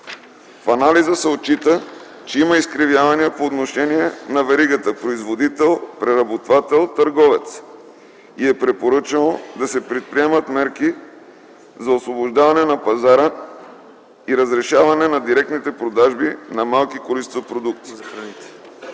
В анализа се отчита, че има изкривявания по отношение на веригата производител –преработвател – търговец и е препоръчано да се предприемат мерки за освобождаване на пазара и разрешаване на директните продажби на малки количества продукти.